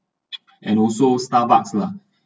and also starbucks lah